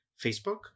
Facebook